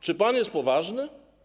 Czy pan jest poważny?